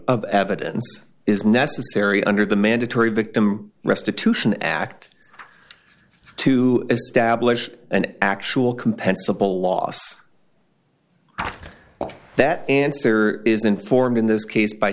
of evidence is necessary under the mandatory victim restitution act to establish an actual compensable loss that answer is informed in this case by